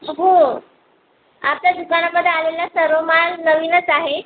हो आपल्या दुकानामध्ये आलेला सर्व माल नवीनच आहे